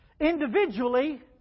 individually